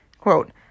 Quote